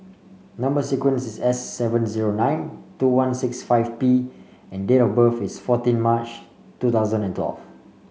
number sequence is S seven zero nine two one six five P and date of birth is fourteen March two thousand and twelve